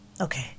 Okay